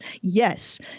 Yes